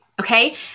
Okay